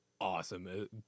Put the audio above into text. awesome